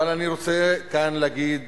אבל אני רוצה כאן להגיד